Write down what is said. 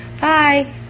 bye